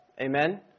Amen